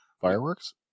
fireworks